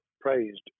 praised